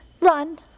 run